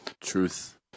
Truth